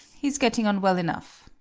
he's getting on well enough.